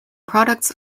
products